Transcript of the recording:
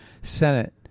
Senate